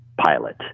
pilot